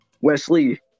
Wesley